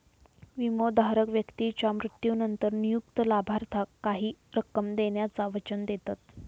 विमोधारक व्यक्तीच्या मृत्यूनंतर नियुक्त लाभार्थाक काही रक्कम देण्याचा वचन देतत